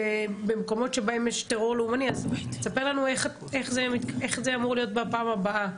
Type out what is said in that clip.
במקומות שבהם יש טרור לאומני אז תספר לנו איך זה אמור להיות בפעם הבאה.